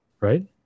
right